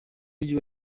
mujyi